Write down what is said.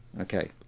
Okay